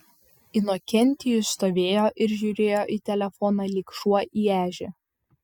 inokentijus stovėjo ir žiūrėjo į telefoną lyg šuo į ežį